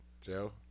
Joe